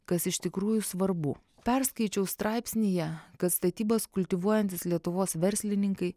kas iš tikrųjų svarbu perskaičiau straipsnyje kad statybas kultivuojantys lietuvos verslininkai